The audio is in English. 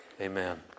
Amen